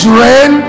rain